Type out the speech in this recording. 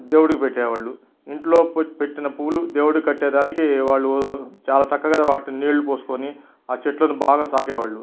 దేవుడికి పెట్టేవాళ్ళు ఇంట్లో పెట్టిన పూలు దేవుడికి కట్టేదానికి వాళ్ళు చాలా చక్కగా వాటిని నీళ్ళు పోసుకొని ఆ చెట్లను బాగా సాకేవాళ్ళు